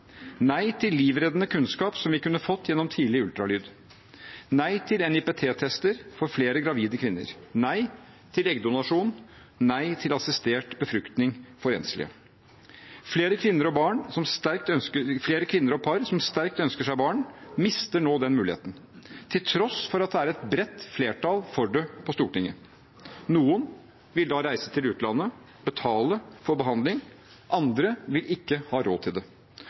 nei til livreddende kunnskap som vi kunne fått gjennom tidlig ultralyd, nei til NIPT-tester for flere gravide kvinner, nei til eggdonasjon og nei til assistert befruktning for enslige. Flere kvinner og par som sterkt ønsker seg barn, mister nå den muligheten, til tross for at det er et bredt flertall for det på Stortinget. Noen vil da reise til utlandet og betale for behandling, andre vil ikke ha råd til det.